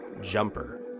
Jumper